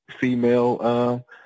female